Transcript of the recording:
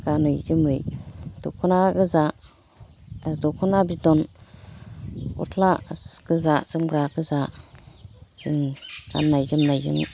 गानै जोमै दख'ना गोजा दख'ना बिदन ग'स्ला गोजा जोमग्रा गोजा जों गाननाय जोमनायजों